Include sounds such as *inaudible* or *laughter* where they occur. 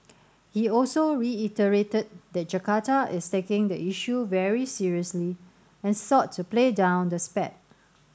*noise* he also reiterated that Jakarta is taking the issue very seriously and sought to play down the spat